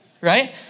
Right